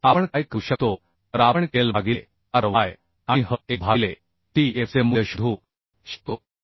तर आपण काय करू शकतो तर आपण kl भागिले ry आणि hf भागिले tf चे मूल्य शोधू शकतो